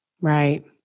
Right